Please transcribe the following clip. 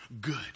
good